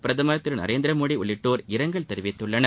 பிரதமர் திரு நரேந்திரமோடி உள்ளிட்டோர் இரங்கல் தெரிவித்துள்ளனர்